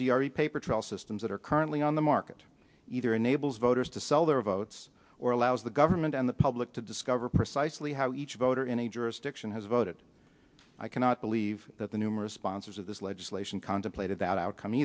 v paper trail systems that are currently on the market either enables voters to sell their votes or allows the government and the public to discover precisely how each voter in a jurisdiction has a vote i cannot believe that the numerous sponsors of this legislation contemplated that outcome